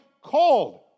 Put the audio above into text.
called